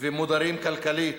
ומודרים כלכלית.